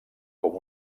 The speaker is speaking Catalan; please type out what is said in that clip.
com